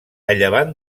llevant